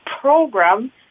program